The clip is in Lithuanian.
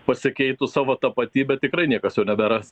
pasikeitus savo tapatybę tikrai niekas jau neberas